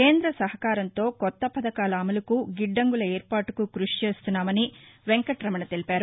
కేంద సహకారంతో కొత్తపథకాల అమలుకు గిద్దంగుల ఏర్పాటుకు కృషి చేస్తున్నామని వెంకటరమణ తెలిపారు